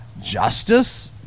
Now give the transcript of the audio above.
justice